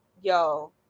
yo